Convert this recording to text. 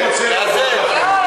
אני רוצה להודות לכם.